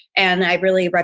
and i really, but